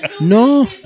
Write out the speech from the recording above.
no